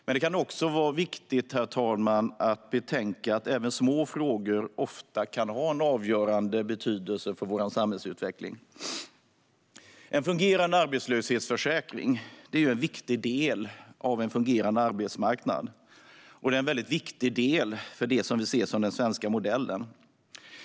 Men det kan också vara viktigt att betänka att även små frågor ofta kan ha en avgörande betydelse för vår samhällsutveckling. En fungerande arbetslöshetsförsäkring är en viktig del av en fungerande arbetsmarknad och en mycket viktig del av det som vi ser som den svenska modellen.